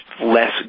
less